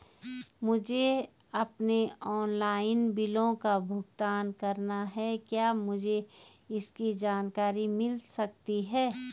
मुझे अपने ऑनलाइन बिलों का भुगतान करना है क्या मुझे इसकी जानकारी मिल सकती है?